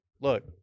Look